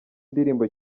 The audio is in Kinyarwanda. ndirimbo